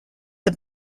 the